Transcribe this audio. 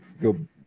go